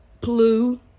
blue